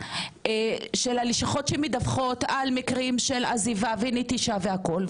מקרים של עזיבה ונטישה והכול.